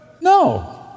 No